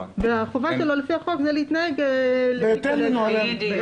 והחובה שלו לפי החוק היא להתנהג לפי כללי ההתנהגות.